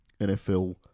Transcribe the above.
NFL